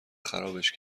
خرابش